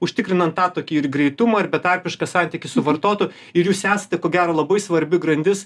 užtikrinant tą tokį ir greitumą ir betarpišką santykį su vartotu ir jūs esate ko gero labai svarbi grandis